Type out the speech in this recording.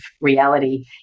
reality